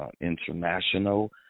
International